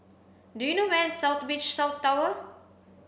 do you know where is South Beach South Tower